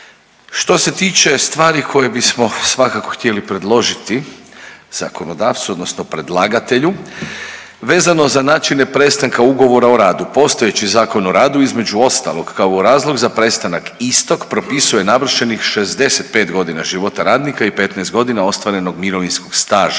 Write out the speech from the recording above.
Što se tiče stvari koje bismo svakako htjeli predložiti zakonodavcu odnosno predlagatelju vezano za načine prestanka ugovora o radu. Postojeći Zakon o radu između ostalog kao razlog za prestanak istog propisuje navršenih 65.g. života radnika i 15.g. ostvarenog mirovinskog staža